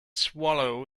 swallow